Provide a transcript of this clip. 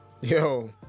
Yo